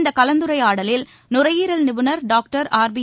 இந்த கலந்துரையாடலில் நுரையீரல் நிபுணர் டாக்டர் ஆர்பி